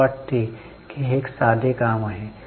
मला वाटते की हे एक साधे काम आहे